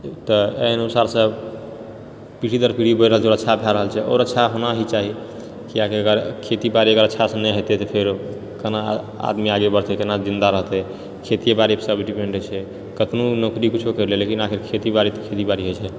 तऽ एहि अनुसारसँ पीढ़ी दर पीढ़ी बढ़ि रहल छै आओर अच्छा भए रहल छै आओर अच्छा होना ही चाही किआकि अगर खेतीबाड़ी अगर अच्छासँ नहि हेतै तऽ फेर कना आदमी आगे बढ़तै कना जिन्दा रहतै खेतिए बाड़ी पर सब डिपेंड छै कतनो नौकरी किछु करि लियौ लेकिन आखिर खेतीबाड़ी तऽ खेतीबाड़ी होइत छै